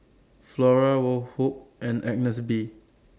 Flora Woh Hup and Agnes B